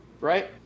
right